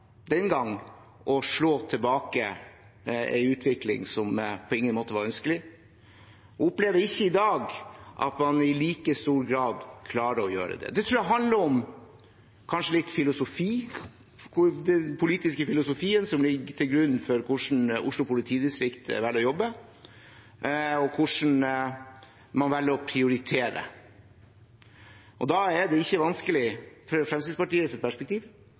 den gang å slå tilbake en utvikling som på ingen måte var ønskelig. Jeg opplever ikke at man i dag i like stor grad klarer å gjøre det. Det tror jeg kanskje handler litt om filosofi, den politiske filosofien som ligger til grunn for hvordan Oslo politidistrikt velger å jobbe, og hvordan man velger å prioritere. Da er det ikke vanskelig fra Fremskrittspartiets perspektiv